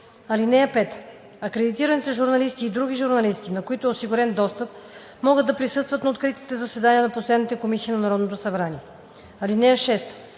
(5) Акредитираните журналисти и други журналисти, на които е осигурен достъп, могат да присъстват на откритите заседания на постоянните комисии на Народното събрание. (6)